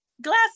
glass